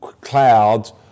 clouds